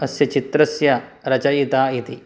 अस्य चित्रस्य रचयिता इति